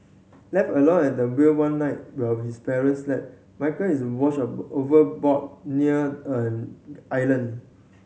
left alone at the wheel one night while his parents slept Michael is washed overboard near an island